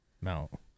Mount